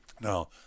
now